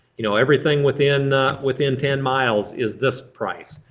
you know everything within within ten miles is this price.